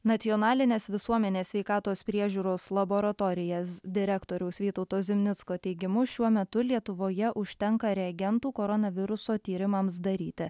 nacionalinės visuomenės sveikatos priežiūros laboratorijas direktoriaus vytauto zimnicko teigimu šiuo metu lietuvoje užtenka reagentų koronaviruso tyrimams daryti